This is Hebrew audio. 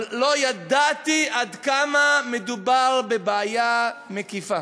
אבל לא ידעתי עד כמה מדובר בבעיה מקיפה.